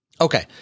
Okay